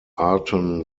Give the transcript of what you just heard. ayrton